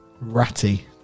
Ratty